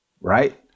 right